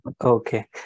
Okay